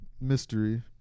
Mystery